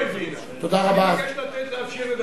האם אדוני רוצה שהוא ישיב במקומך?